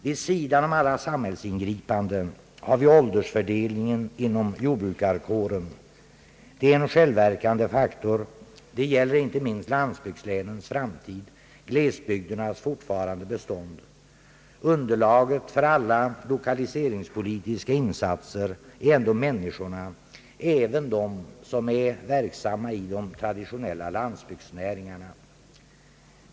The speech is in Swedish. Vid sidan om alla samhällsingripanden har vi åldersfördelningen inom jordbrukarkåren. Det är en självverkande faktor. Det gäller inte minst landsbygdslänens framtid, glesbygdernas fortfarande bestånd. Underlaget för alla lokaliseringspolitiska insatser är ändå människorna, även de som är verksamma i de traditionella landsbygdsnäringarna.